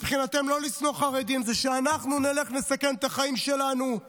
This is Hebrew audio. מבחינתם לא לשנוא חרדים זה שאנחנו נלך ונסכן את החיים שלנו,